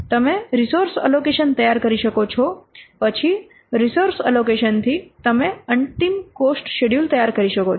તમે resource allocation તૈયાર કરી શકો છોપછી રિસોર્સ એલોકેશન થી તમે અંતિમ કોસ્ટ શેડ્યૂલ તૈયાર કરી શકો છો